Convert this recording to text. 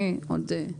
אני עוד זוכרת.